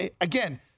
again